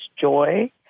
joy